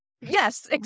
Yes